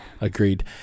Agreed